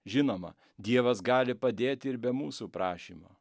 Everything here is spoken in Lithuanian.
žinoma dievas gali padėti ir be mūsų prašymo